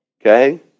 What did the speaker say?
Okay